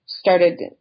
started